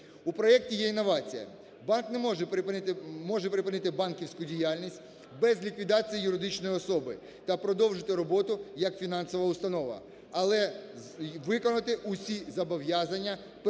У проекті є і новація: банк не може припинити… може припинити банківську діяльність без ліквідації юридичної особи та продовжити роботу як фінансова установа, але виконати усі зобов'язання перед